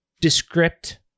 descript